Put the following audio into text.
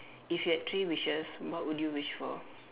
if you had three wishes what would you wish for